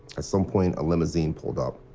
at some point, a limousine pulled up,